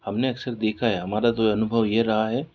हमने अक्सर देखा है हमारा तो अनुभव यह रहा है